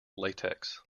latex